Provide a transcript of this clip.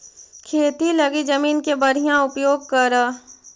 खेती लगी जमीन के बढ़ियां उपयोग करऽ